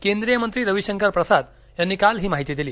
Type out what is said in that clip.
केंद्रीय मंत्री रविशंकर प्रसाद यांनी काल ही माहिती दिली